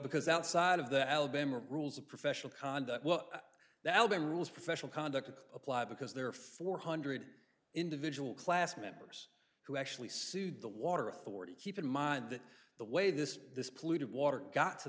because outside of the alabama rules of professional conduct well that album rules professional conduct apply because there are four hundred individual class members who actually sued the water authority keep in mind that the way this this polluted water got to